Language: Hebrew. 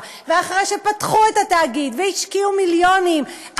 ואחרי שפתחו את התאגיד והשקיעו מיליונים,